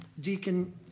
Deacon